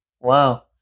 Wow